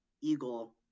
eagle